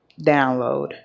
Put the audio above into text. download